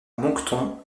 moncton